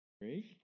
Great